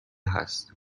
هست